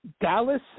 Dallas